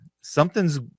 something's